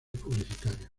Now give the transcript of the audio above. publicitarios